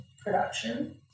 production